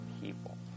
people